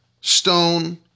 stone